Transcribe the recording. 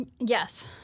Yes